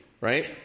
right